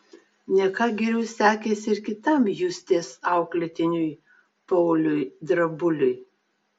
ne ką geriau sekėsi ir kitam justės auklėtiniui pauliui drabuliui